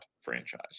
franchise